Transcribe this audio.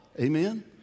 Amen